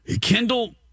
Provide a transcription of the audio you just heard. Kendall